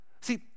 See